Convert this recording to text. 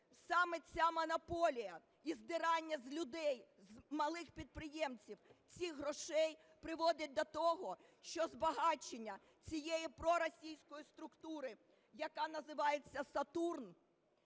саме ця монополія і здирання з людей, з малих підприємців, цих грошей приводить до того, що збагачення цієї проросійської структури, яка називається "Сатурн",